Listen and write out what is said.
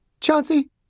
Chauncey